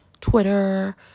twitter